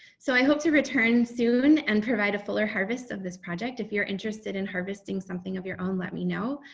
so i hope to return soon and provide a fuller harvest of this project. if you're interested in harvesting something of your own, let me know.